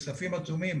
בכספים עצומים